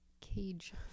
cage